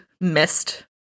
missed